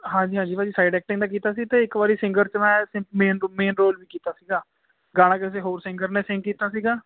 ਹਾਂਜੀ ਹਾਂਜੀ ਭਾਅ ਜੀ ਸਾਈਡ ਐਕਟਿੰਗ ਦਾ ਕੀਤਾ ਸੀ ਤੇ ਇੱਕ ਵਾਰੀ ਸਿੰਗਰ 'ਚ ਮੈਂ ਮੇਨ ਰੋਲ ਵੀ ਕੀਤਾ ਸੀਗਾ ਗਾਣਾ ਕਿਸੇ ਹੋਰ ਸਿੰਗਰ ਨੇ ਸਿੰਗ ਕੀਤਾ ਸੀਗਾ